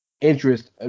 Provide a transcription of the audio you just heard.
interest